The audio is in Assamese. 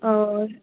অঁ